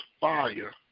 fire